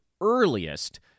earliest